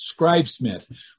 Scribesmith